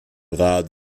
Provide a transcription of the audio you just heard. rat